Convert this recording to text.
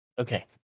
Okay